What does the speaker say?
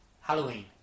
Halloween